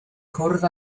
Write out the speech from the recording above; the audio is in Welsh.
cwrdd